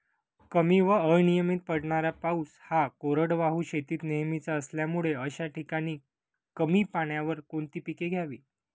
कमी व अनियमित पडणारा पाऊस हा कोरडवाहू शेतीत नेहमीचा असल्यामुळे अशा ठिकाणी कमी पाण्यावर कोणती पिके घ्यावी?